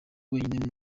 wenyine